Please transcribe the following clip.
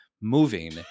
moving